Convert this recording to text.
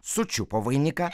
sučiupo vainiką